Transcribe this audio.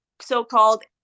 so-called